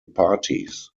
parties